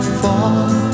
fall